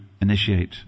initiate